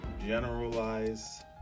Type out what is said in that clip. generalize